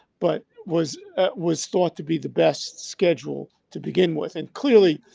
but was was thought to be the best schedule to begin with. and clearly,